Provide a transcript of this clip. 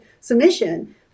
submission